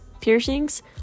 piercings